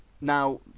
Now